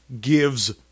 gives